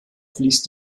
fließt